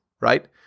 right